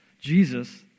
Jesus